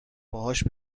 باهاش